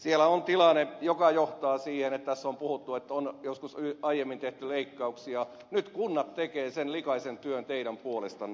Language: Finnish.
siellä on tilanne joka johtaa siihen kun tässä on puhuttu että on joskus aiemmin tehty leikkauksia että nyt kunnat tekevät sen likaisen työn teidän puolestanne